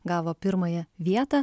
gavo pirmąją vietą